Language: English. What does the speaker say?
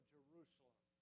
Jerusalem